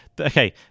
Okay